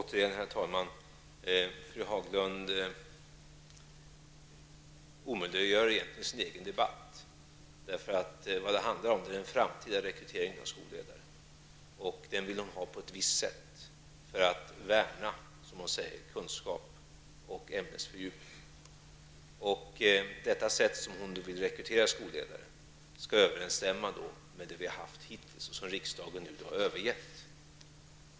Herr talman! Fru Haglund omöjliggör egentligen sin egen debatt. Vad det handlar om är nämligen den framtida rekryteringen av skolledare, vilken Ann-Cathrine Haglund vill ha på ett visst sätt för att, som hon säger, värna kunskap och ämnesfördjupning. Den modell för rekrytering av skolledare som Ann-Cathrine Haglund förespråkar överensstämmer med den modell vi har haft hittills men som riksdagen nu har övergett.